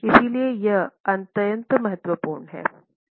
इसलिए यह अत्यंत महत्वपूर्ण है